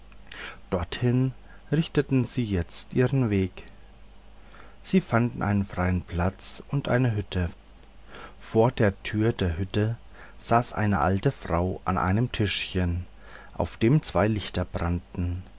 dorthin richteten sie jetzt ihren weg sie fanden einen freien platz und eine hütte vor der tür der hütte saß eine alte frau an einem tischchen auf dem zwei lichter brannten